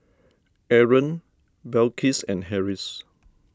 Aaron Balqis and Harris